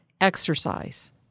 exercise